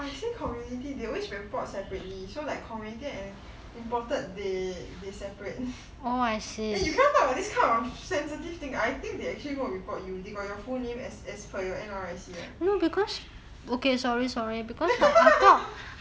I say community they always report separately so like community and imported they they separate eh you cannot talk about this kind of sensitive thing I think they actually gonna report you they got your full name as per N_R_I_C right ha ha ha ha